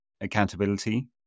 accountability